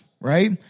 right